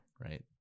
Right